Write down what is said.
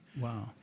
Wow